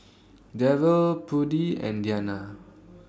Derald Prudie and Dianna